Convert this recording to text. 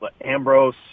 Ambrose